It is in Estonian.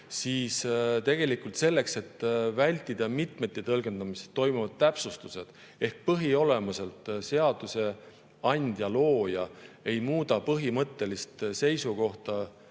oli. Tegelikult selleks, et vältida mitmeti tõlgendamist, toimuvad täpsustused ehk põhiolemuselt seaduseandja, -looja ei muuda põhimõttelist seisukohta,